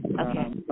Okay